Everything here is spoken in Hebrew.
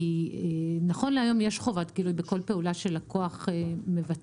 כי נכון להיום יש חובת יידוע בכל פעולה שלקוח מבצע.